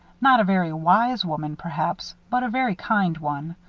not a very wise woman, perhaps but a very kind one.